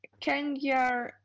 Kenya